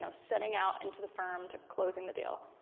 so setting out into the firm to closing the deal?